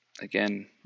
Again